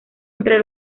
entre